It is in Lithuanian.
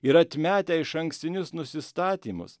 ir atmetę išankstinius nusistatymus